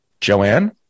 Joanne